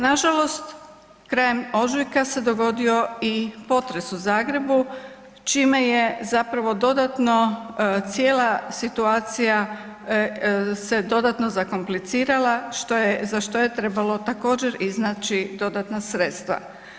Nažalost krajem ožujka se dogodio i potres u Zagrebu čime je dodatno cijela situacija se dodatno zakomplicirala za što je trebalo također iznaći dodatna sredstva.